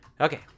Okay